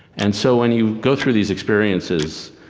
and so when you go through these experiences,